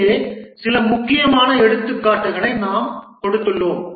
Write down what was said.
இங்கே சில முக்கியமான எடுத்துக்காட்டுகளை நாம் கொடுத்துள்ளோம்